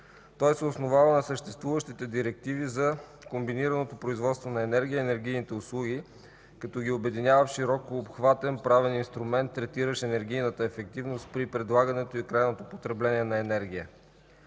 Той се основава на съществуващите директиви за комбинираното производство на енергия и енергийните услуги, като ги обединява в широкообхватен правен инструмент, третиращ енергийната ефективност при предлагането и крайното потребление на енергия.